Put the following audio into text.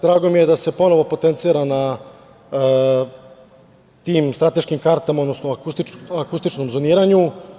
Drago mi je da se ponovo potencira na tim strateškim kartama, odnosno, akustičnom zoniranju.